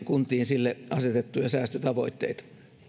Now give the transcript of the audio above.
kuntiin sille asetettuja säästötavoitteita